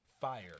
Fire